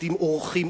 עובדים אורחים,